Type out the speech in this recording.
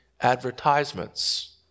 advertisements